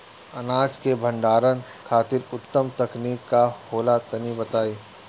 अनाज के भंडारण खातिर उत्तम तकनीक का होला तनी बताई?